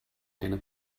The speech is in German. eine